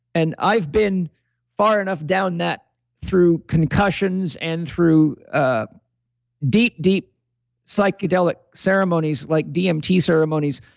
and i've been far enough down that through concussions and through a deep, deep psychedelic ceremonies like dmt ceremonies,